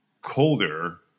colder